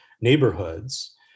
neighborhoods